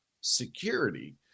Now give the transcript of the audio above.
security